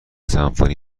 سمفونی